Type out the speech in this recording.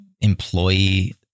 employee